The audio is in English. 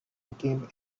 became